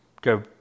go